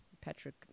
Patrick